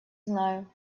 знаю